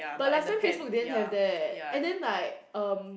but last time Facebook didn't have that and then like um